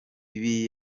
ibi